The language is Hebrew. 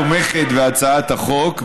הממשלה תומכת בהצעת החוק,